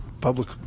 public